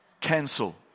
Cancel